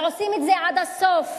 אז עושים את זה עד הסוף.